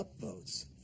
upvotes